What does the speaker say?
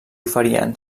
oferien